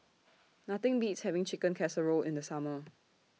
Nothing Beats having Chicken Casserole in The Summer